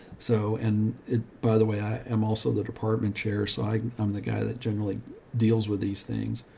so, and by the way, i am also the department chair. so i'm the guy that generally deals with these things.